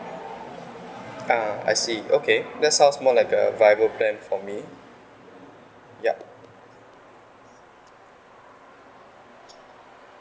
ah I see okay that's sounds more like a viable plan for me yup